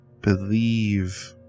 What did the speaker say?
Believe